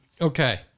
Okay